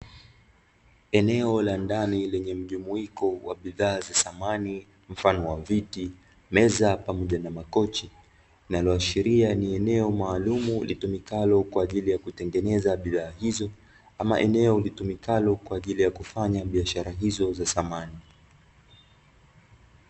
Eneo la ndani lenye mjumuiko wa bidhaa za samani mfano wa viti, meza, pamoja na makochi, linaloashiria ni eneo maalumu litumikalo kwa ajili ya kutengeneza bidhaa hizo, ama eneo litumikalo kwa ajili ya kufanya biashara hizo za samani.